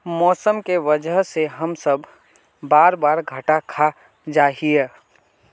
मौसम के वजह से हम सब बार बार घटा खा जाए हीये?